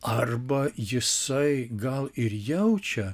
arba jisai gal ir jaučia